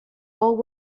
old